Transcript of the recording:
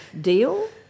deal